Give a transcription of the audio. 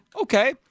okay